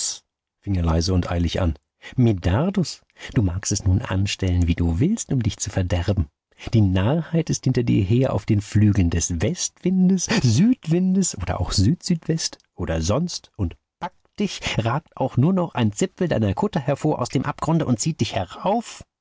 er leise und eilig an medardus du magst es nun anstellen wie du willst um dich zu verderben die narrheit ist hinter dir her auf den flügeln des westwindes südwindes oder auch süd südwest oder sonst und packt dich ragt auch nur noch ein zipfel deiner kutte hervor aus dem abgrunde und zieht dich herauf